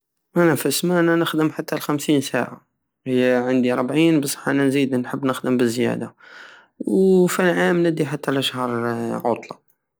انا فالسمانة نخدم حتى لخمسين ساعة عندي ربعين بصح انا نزيد نحب نخدم بالزيادة وفالعام ندي حتى لشهر عطلة